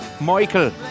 Michael